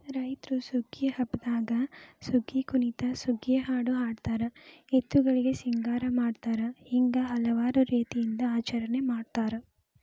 ರೈತ್ರು ಸುಗ್ಗಿ ಹಬ್ಬದಾಗ ಸುಗ್ಗಿಕುಣಿತ ಸುಗ್ಗಿಹಾಡು ಹಾಡತಾರ ಎತ್ತುಗಳಿಗೆ ಸಿಂಗಾರ ಮಾಡತಾರ ಹಿಂಗ ಹಲವಾರು ರೇತಿಯಿಂದ ಆಚರಣೆ ಮಾಡತಾರ